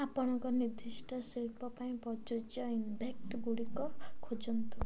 ଆପଣଙ୍କ ନିର୍ଦ୍ଦିଷ୍ଟ ଶିଳ୍ପ ପାଇଁ ପ୍ରଯୁଜ୍ୟ ଇଭେଣ୍ଟ ଗୁଡ଼ିକ ଖୋଜନ୍ତୁ